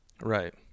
Right